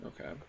Okay